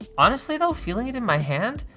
ah honestly though, feeling it in my hand,